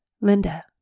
Linda